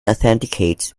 authenticates